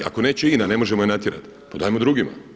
Ako neće INA ne možemo je natjerat, pa dajmo drugima.